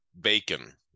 Bacon